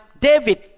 David